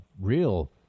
real